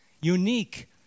Unique